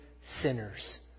sinners